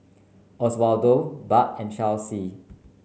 Oswaldo Bart and Chelsey